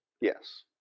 Yes